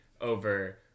over